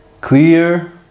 clear